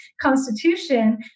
constitution